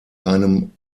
einem